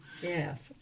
Yes